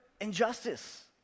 injustice